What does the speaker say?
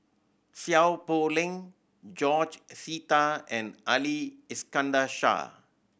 Seow Poh Leng George Sita and Ali Iskandar Shah